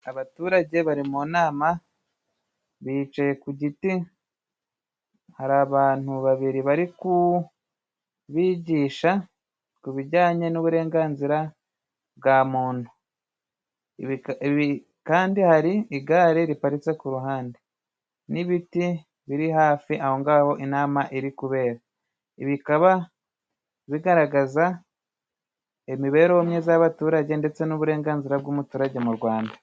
Abaturage bari mu inama, bicaye ku igiti hari babiri bari kubigisha ku ibijyanye n'uburenganzira bwa muntu. Kandi hari igare riparitse ku uruhande n'ibiti biri hafi aho ngaho inama iri kubera. Ibi bikaba bigaragaza imibereho myiza y'abaturage ndetse n'uburenganzira bw'umuturage mu Rwanda.